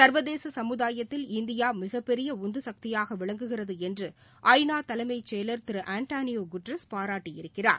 சர்வதேச சமுதாயத்தில் இந்தியா மிகப்பெரிய உந்து சக்தியாக விளங்குகிறது என்று இணு தலைமைச் செயலர் திரு ஆண்டனியோ குட்ரஸ் பாராட்டியிருக்கிறார்